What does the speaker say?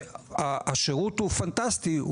שהשירות הוא פנטסטי,